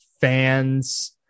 fans